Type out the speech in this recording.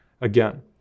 again